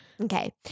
Okay